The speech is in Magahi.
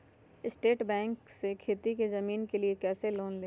स्टेट बैंक से खेती की जमीन के लिए कैसे लोन ले?